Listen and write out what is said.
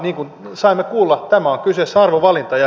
niin kuin saimme kuulla tässä on kyseessä arvovalinta